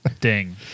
Ding